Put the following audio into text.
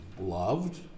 loved